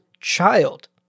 child